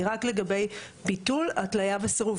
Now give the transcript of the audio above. לא שופכים שום דמו של מפעל.